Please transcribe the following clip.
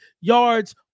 yards